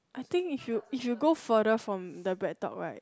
I think if you if you go further from the BreadTalk right